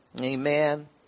Amen